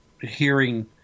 hearing